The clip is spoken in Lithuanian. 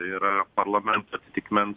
ir parlamento atitikmens